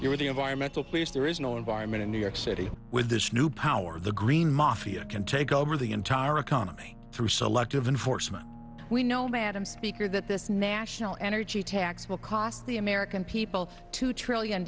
you're the environmental police there is no environment in new york city with this new power the green mafia can take over the entire economy through selective enforcement we know madam speaker that this national energy tax will cost the american people two trillion